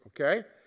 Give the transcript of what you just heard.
okay